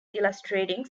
illustrating